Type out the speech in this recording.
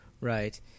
Right